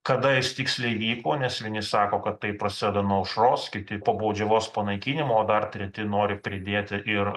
kada jis tiksliai vyko nes vieni sako kad tai prasideda nuo aušros kiti po baudžiavos panaikinimo o dar treti nori pridėti ir